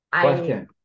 Question